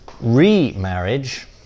Remarriage